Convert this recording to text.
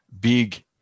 big